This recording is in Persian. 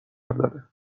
داره